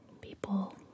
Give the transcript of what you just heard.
People